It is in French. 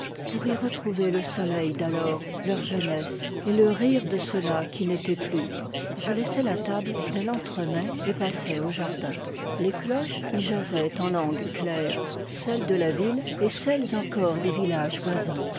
pour y retrouver le soleil d'alors leur jeunesse et le rire de ceux-là qui n'étaient plus je laissai la table dès l'entremets et passai au jardin les cloches y jasaient en langue claire celles de la ville et celles encore des villages voisins